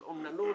של אומללות,